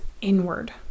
inward